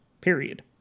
period